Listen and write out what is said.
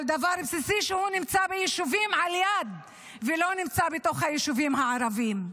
על דבר בסיסי שנמצא בישובים על יד ולא נמצא בתוך היישובים הערביים.